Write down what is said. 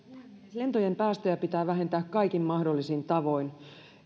lentojen päästöjä pitää vähentää kaikin mahdollisin tavoin